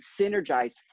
synergize